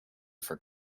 for